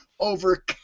Over